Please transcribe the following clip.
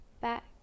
back